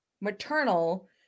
maternal